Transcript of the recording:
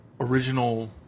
original